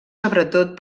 sobretot